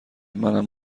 منم